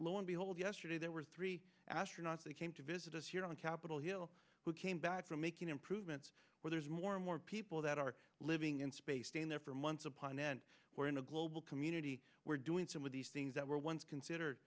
lo and behold yesterday there were three astronauts that came to visit us here on capitol hill who came back from making improvements where there's more and more people that are living in space staying there for months upon end where in the global community we're doing some of these things that were once considered